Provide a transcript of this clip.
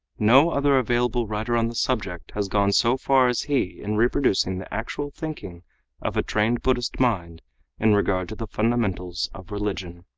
no other available writer on the subject has gone so far as he in reproducing the actual thinking of a trained buddhist mind in regard to the fundamentals of religion.